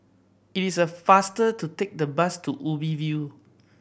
it is a faster to take the bus to Ubi View